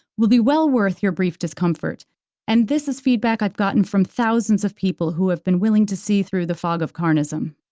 will be well worth your brief discomfort and this is feedback i have gotten from thousands of people who have been willing to see through the fog of carnism.